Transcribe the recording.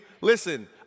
listen